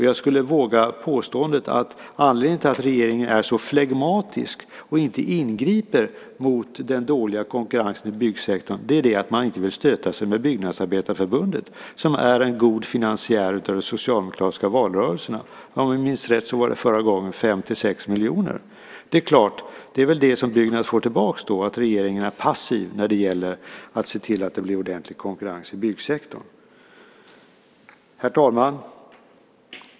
Jag vågar påstå att anledningen till att regeringen är så flegmatisk och inte ingriper mot den dåliga konkurrensen i byggsektorn är att man inte vill stöta sig med Byggnadsarbetareförbundet som är en god finansiär av de socialdemokratiska valrörelserna - om jag minns rätt var det förra gången med 5-6 miljoner. Men det är klart att det Byggnads får tillbaka är väl att regeringen är passiv när det gäller att se till att det blir ordentlig konkurrens i byggsektorn. Herr talman!